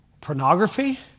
pornography